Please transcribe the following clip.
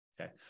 Okay